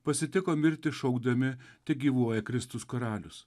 pasitiko mirtį šaukdami tegyvuoja kristus karalius